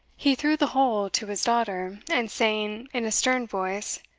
he threw the whole to his daughter, and saying, in a stern voice,